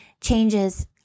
changes